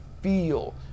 feel